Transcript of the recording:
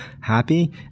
happy